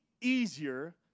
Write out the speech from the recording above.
easier